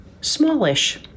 smallish